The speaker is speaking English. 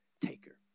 taker